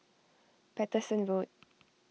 Paterson Road